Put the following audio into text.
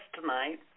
tonight